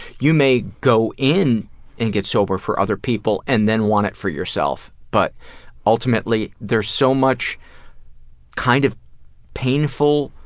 you may go in and get sober for other people and then want it for yourself, but ultimately there's so much kind of painful